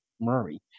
Murray